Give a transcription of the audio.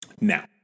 Now